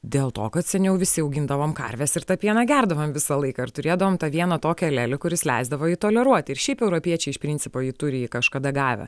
dėl to kad seniau visi augindavom karves ir tą pieną gerdavom visą laiką ir turėdavom tą vieną tokį alelį kuris leisdavo jį toleruoti ir šiaip europiečiai iš principo jį turi kažkada gavę